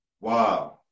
Wow